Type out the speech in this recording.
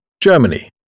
Germany